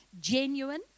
Genuine